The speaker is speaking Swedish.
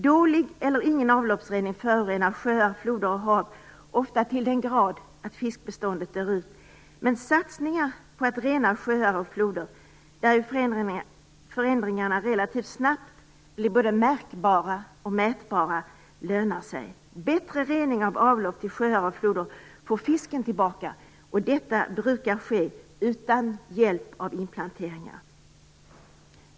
Dålig eller ingen avloppsrening förorenar sjöar, floder och hav ofta till den grad att fiskbeståndet dör ut. Satsningar på att rena sjöar och floder, där ju förändringarna relativt snabbt blir både märkbara och mätbara lönar sig emellertid. Bättre rening av avlopp till sjöar och floder får fisken tillbaka. Detta brukar ske utan hjälp av inplanteringar.